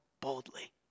boldly